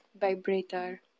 Vibrator